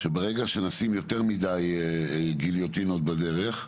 שברגע שנשים יותר מידי גיליוטינות בדרך,